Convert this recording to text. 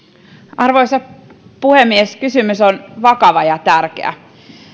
arvoisa puhemies kysymys on vakava ja tärkeä